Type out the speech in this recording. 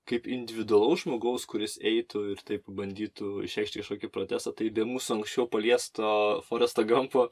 kaip individualaus žmogaus kuris eitų ir taip bandytų išreikšti kažkokį protestą tai be mūsų anksčiau paliesto foresto gampo